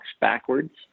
backwards